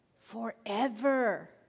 forever